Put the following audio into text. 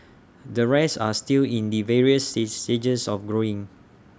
the rest are still in the various see stages of growing